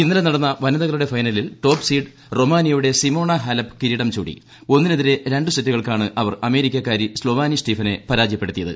ഇന്നലെ നടന്ന വനിതകളുടെ ഫൈനലിൽ ടോപ് സീഡ് റൊമാനിയയുടെ സിമോണ ഹാലപ്പ് കിരീടം ചൂടി ഒന്നിനെതിരെ രണ്ട് സെറ്റുകൾക്കാണ് അവർ അമേരിക്കക്കാരി സ്ലൊവാനി സ്റ്റീഫനെ പരാജയപ്പെടുത്തിയത്